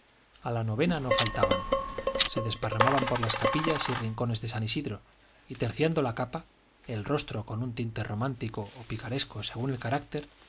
a la novena no faltaban se desparramaban por las capillas y rincones de san isidro y terciando la capa el rostro con un tinte romántico o picaresco según el carácter